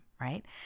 right